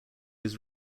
his